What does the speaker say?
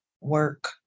work